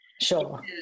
Sure